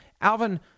Alvin